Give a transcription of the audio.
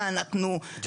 מה, אנחנו בסיביר?